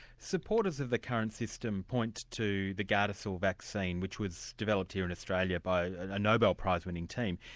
supporters of the current system point to the gardasil vaccine, which was developed here in australia by a nobel prizewinning team,